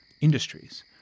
Industries